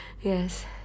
Yes